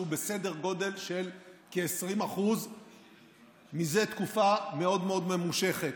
שהוא בסדר גודל של 20% זה תקופה מאוד מאוד ממושכת.